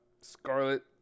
Scarlet